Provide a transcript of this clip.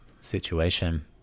situation